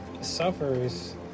suffers